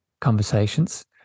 conversations